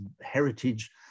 heritage